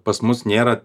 pas mus nėra